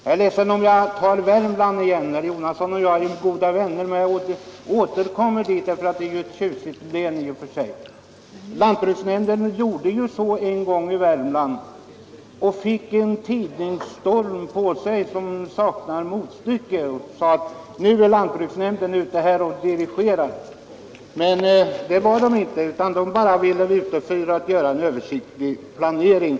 Jag är ledsen att jag — trots att herr Jonasson och jag är goda vänner — återigen får ta ett exempel från Värmland. Lantbruksnämnden i Värmland gjorde nämligen en gång på detta sätt och förorsakade en presstorm utan motstycke, där man skrev att lantbruksnämnden var ute och dirigerade. Men så var inte fallet — lantbruksnämnden hade bara gjort en översiktlig planering.